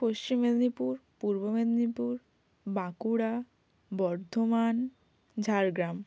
Paschim Medinipur Purba Medinipur Bankura Bardhaman Jhargram